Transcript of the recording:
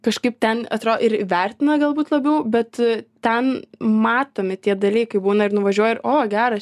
kažkaip ten atrodo ir įvertina galbūt labiau bet ten matomi tie dalykai būna ir nuvažiuoji ir o geras